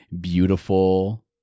beautiful